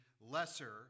lesser